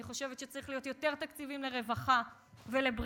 אני חושבת שצריכים להיות יותר תקציבים לרווחה ולבריאות,